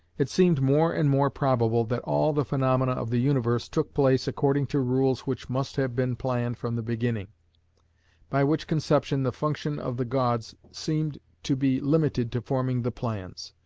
it seemed more and more probable that all the phaenomena of the universe took place according to rules which must have been planned from the beginning by which conception the function of the gods seemed to be limited to forming the plans,